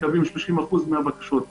מקבלים רק 30% מהבקשות.